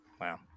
wow